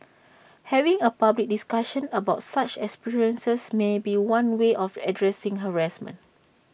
having A public discussion about such experiences may be one way of addressing harassment